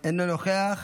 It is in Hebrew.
אינו נוכח,